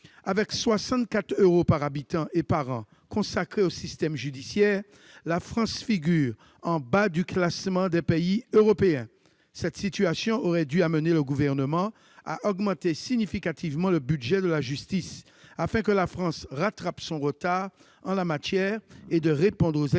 avec 64 euros par habitant et par an consacrés au système judiciaire, la France figure en bas du classement des pays européens. Cette situation aurait dû amener le Gouvernement à augmenter significativement le budget de la justice, afin que la France rattrape son retard en la matière et qu'elle réponde aux exigences